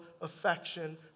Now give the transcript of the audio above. affection